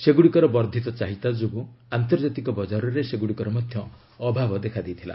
ସେଗୁଡ଼ିକର ବର୍ଦ୍ଧିତ ଚାହିଦା ଯୋଗୁଁ ଆନ୍ତର୍ଜାତିକ ବଜାରରେ ସେଗୁଡ଼ିକର ମଧ୍ୟ ଅଭାବ ଦେଖାଦେଇଥିଲା